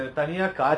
mmhmm